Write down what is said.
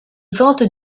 ventes